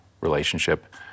relationship